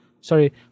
sorry